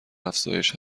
افزایش